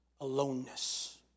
aloneness